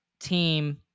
team